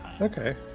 Okay